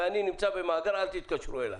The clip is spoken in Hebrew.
ואני נמצא במאגר, אל תתקשרו אליי.